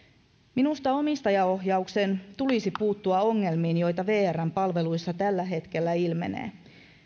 minusta omistajaohjauksen tulisi puuttua ongelmiin joita vrn palveluissa tällä hetkellä ilmenee